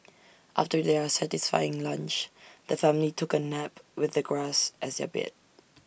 after their satisfying lunch the family took A nap with the grass as their bed